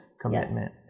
commitment